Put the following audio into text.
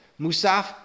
Musaf